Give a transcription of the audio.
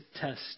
test